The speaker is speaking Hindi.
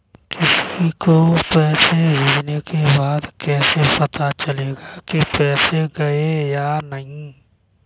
किसी को पैसे भेजने के बाद कैसे पता चलेगा कि पैसे गए या नहीं?